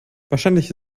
wahrscheinlich